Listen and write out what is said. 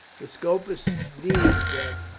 for scopus deemed that,